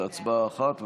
זו הצבעה אחת,